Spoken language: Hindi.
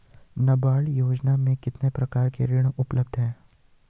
नाबार्ड योजना में कितने प्रकार के ऋण उपलब्ध हैं?